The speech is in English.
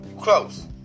Close